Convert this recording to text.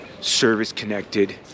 service-connected